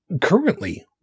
currently